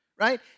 right